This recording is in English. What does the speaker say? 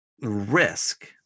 risk